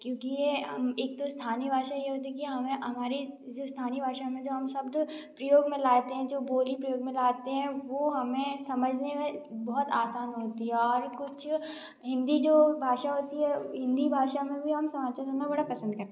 क्योंकि ये एक तो स्थानीय भाषा ये होती है कि हमें हमारी जो स्थानीय भाषा मे जो हम शब्द प्रयोग मे लाते हैं जो बोली प्रयोग मे लाते हैं वो हमें समझने में बहुत आसान होती हैं और कुछ हिन्दी जो भाषा होती है हिन्दी भाषा में भी हम समाचार सुनना बड़ा पसंद करते हैं